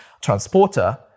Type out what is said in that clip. transporter